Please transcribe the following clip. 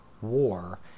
war